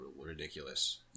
ridiculous